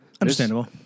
Understandable